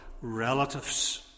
relatives